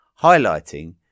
highlighting